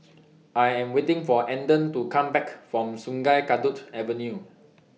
I Am waiting For Andon to Come Back from Sungei Kadut Avenue